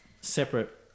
separate